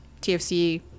TFC